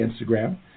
Instagram